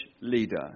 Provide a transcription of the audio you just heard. leader